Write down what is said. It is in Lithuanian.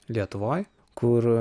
lietuvoj kur